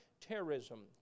terrorism